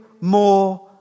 more